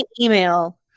email